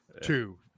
Two